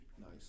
Nice